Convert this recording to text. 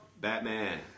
Batman